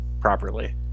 properly